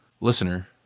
listener